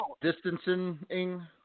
distancing